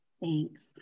Thanks